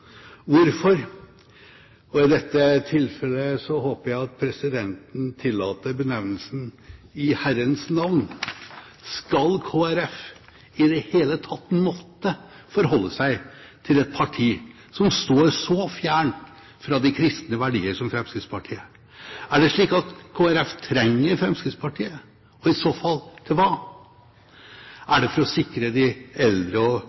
Hvorfor – og i dette tilfellet håper jeg at presidenten tillater benevnelsen – i Herrens navn skal Kristelig Folkeparti i det hele tatt måtte forholde seg til et parti som står så fjernt fra de kristne verdier som Fremskrittspartiet? Er det slik at Kristelig Folkeparti trenger Fremskrittspartiet – og i så fall: til hva? Er det for å sikre de eldres og